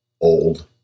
old